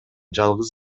жалгыз